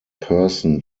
person